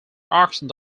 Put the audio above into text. auctioned